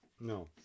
No